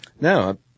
No